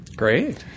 Great